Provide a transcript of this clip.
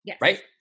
right